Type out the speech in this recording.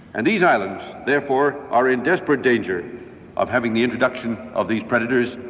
and these islands therefore are in desperate danger of having the introduction of these predators,